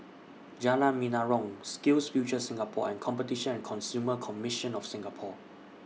Jalan Menarong SkillsFuture Singapore and Competition and Consumer Commission of Singapore